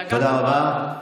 תודה רבה.